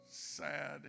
Sad